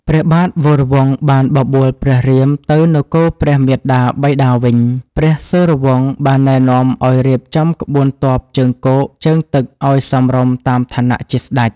ព្រះបាទវរវង្សបានបបួលព្រះរៀមទៅនគរព្រះមាតាបិតាវិញ។ ព្រះសូរវង្សបានណែនាំឱ្យរៀបចំក្បួនទ័ពជើងគោកជើងទឹកឱ្យសមរម្យតាមឋានៈជាស្ដេច។